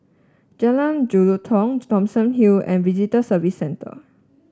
Jalan Jelutong Thomson Hill and Visitor Services Centre